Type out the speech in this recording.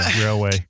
Railway